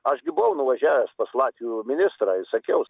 aš gi buvau nuvažiavęs pas latvių ministrą ir sakiau